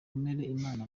imana